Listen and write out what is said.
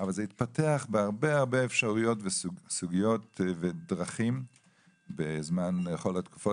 אבל זה התפתח בהרבה אפשרויות וסוגיות ודרכים בכל התקופות.